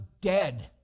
dead